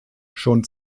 schon